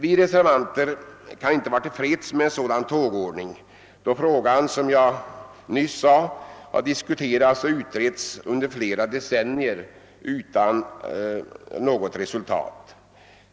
Vi reservanter kan inte vara till freds med en sådan tågordning då frågan, såsom jag nyss sade, har diskuterats och utretts under flera decennier utan något resultat.